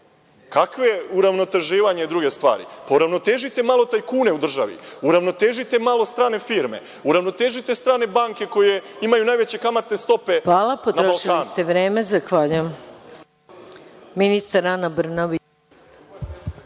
Kakva uravnoteživanja i druge stvari? Pa, uravnotežite malo tajkune u državi. Uravnotežite malo strane firme. Uravnotežite strane banke koje imaju najveće kamatne stope na Balkanu. **Maja Gojković** Hvala,